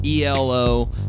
ELO